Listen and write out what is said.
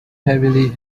heavily